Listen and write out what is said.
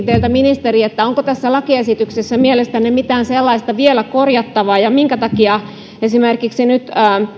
teiltä ministeri onko tässä lakiesityksessä mielestänne vielä mitään sellaista korjattavaa ja minkä takia esimerkiksi